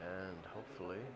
and hopefully